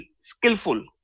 skillful